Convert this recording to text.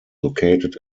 located